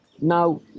Now